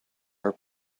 her